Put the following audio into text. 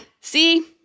see